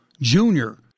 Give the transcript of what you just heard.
Junior